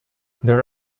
there